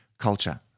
culture